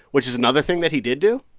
which is another thing that he did do?